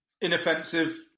Inoffensive